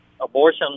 abortion